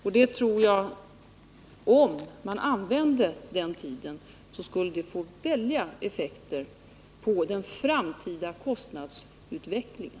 Jag tror att om de använder den tiden väl kan det få väldiga effekter på den framtida kostnadsutvecklingen.